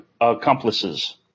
accomplices